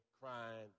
crying